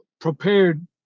prepared